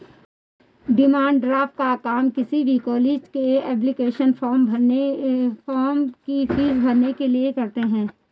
demand draft का काम किसी भी कॉलेज के एप्लीकेशन फॉर्म की फीस के लिए करते है